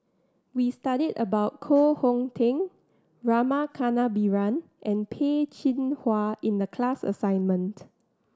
we studied about Koh Hong Teng Rama Kannabiran and Peh Chin Hua in the class assignment